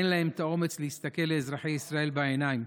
אין להם את האומץ להסתכל לאזרחי ישראל בעיניים.